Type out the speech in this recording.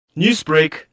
Newsbreak